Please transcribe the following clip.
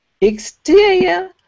exterior